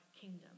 kingdom